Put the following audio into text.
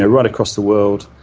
right across the world,